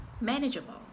manageable